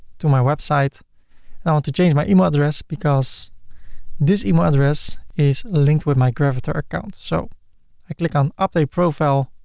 to my website and i want to change my email address because this email address is linked with my gravatar account. so i click on update profile,